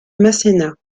masséna